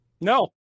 No